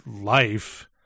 life